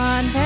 One